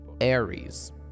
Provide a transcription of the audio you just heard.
Aries